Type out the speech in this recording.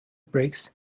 breaks